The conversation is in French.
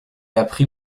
apprit